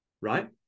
right